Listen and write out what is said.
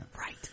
right